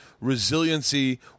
resiliency